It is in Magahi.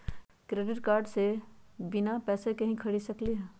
क्रेडिट कार्ड से बिना पैसे के ही खरीद सकली ह?